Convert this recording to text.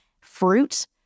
fruit